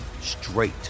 straight